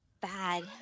bad